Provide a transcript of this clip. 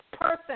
person